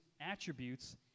attributes